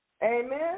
Amen